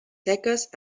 seques